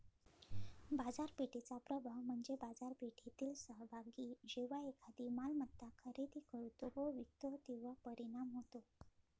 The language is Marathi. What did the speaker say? बाजारपेठेचा प्रभाव म्हणजे बाजारपेठेतील सहभागी जेव्हा एखादी मालमत्ता खरेदी करतो व विकतो तेव्हा परिणाम होतो